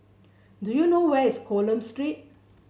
do you know where is Coleman Street